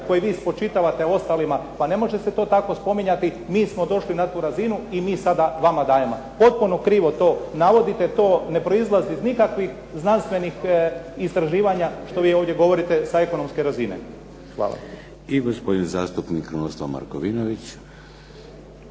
koji vi spočitavate ostalima pa ne može se to tako spominjati mi smo došli na tu razinu i mi sada vama dajemo. Potpuno krivo to navodite, to ne proizlazi iz nikakvih znanstvenih istraživanja što vi ovdje govorite sa ekonomske razine. Hvala. **Šeks, Vladimir (HDZ)** I gospodin zastupnik Krunoslav Markovinović.